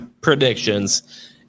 predictions